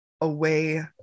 away